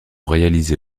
réalisées